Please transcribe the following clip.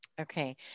Okay